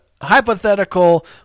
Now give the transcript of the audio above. hypothetical